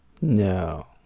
No